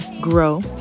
grow